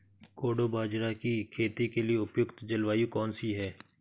कोडो बाजरा की खेती के लिए उपयुक्त जलवायु कौन सी है?